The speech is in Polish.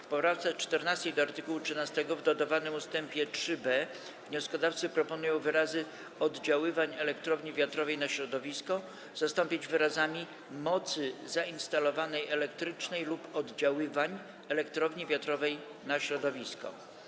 W poprawce 14. do art. 13 w dodawanym ust. 3b wnioskodawcy proponują wyrazy „oddziaływań elektrowni wiatrowej na środowisko” zastąpić wyrazami „mocy zainstalowanej elektrycznej lub oddziaływań elektrowni wiatrowej na środowisko”